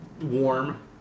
Warm